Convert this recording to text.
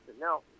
now